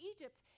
Egypt